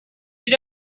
you